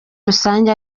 rusange